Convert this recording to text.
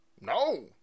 no